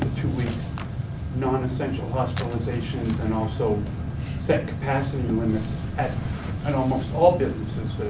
two weeks nonessential hospitalizations and also set capacity limits on almost all businesses